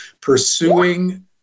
pursuing